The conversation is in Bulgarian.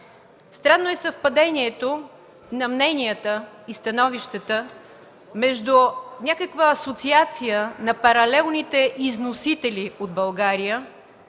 Странно е съвпадението на мненията и становищата между някаква Асоциация на паралелните износители от България,